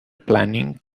planning